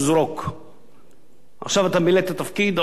עכשיו אתה מילאת תפקיד ועוד כמה זמן אתה יכול לתפוס את המנורה,